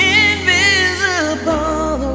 invisible